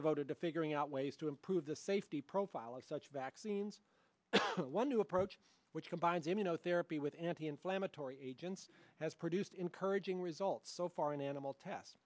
devoted to figuring out ways to improve the safety profile of such vaccines one new approach which combines immunotherapy with anti inflammatory agents has produced encouraging results so far in animal test